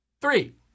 Three